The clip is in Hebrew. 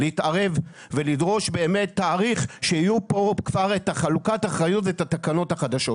להתערב ולדרוש תאריך לקבלת התקנות החדשות וחלוקת האחריות.